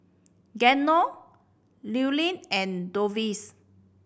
Geno Llewellyn and Dovie